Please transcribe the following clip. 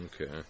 Okay